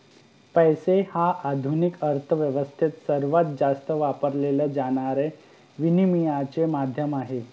पैसा हे आधुनिक अर्थ व्यवस्थेत सर्वात जास्त वापरले जाणारे विनिमयाचे माध्यम आहे